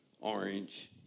orange